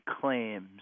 claims